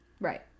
Right